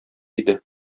иде